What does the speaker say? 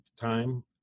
time